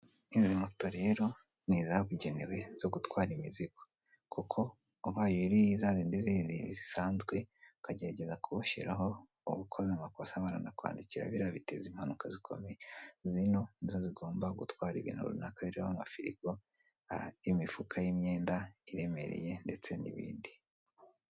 Izi moto rero ni izabugenewe zo gutwara imizigo kuko ubaye ari zazindi zisanzwe ukagerageza kuwushyiraho uba ukoze amakosa baranakwandikira biriya biteza impanuka zikomeye zino nizo zigomba gutwara runaka birimo amafirigo, imifuko y'imyenda iremereye ndeste n'ibindi.